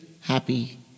happy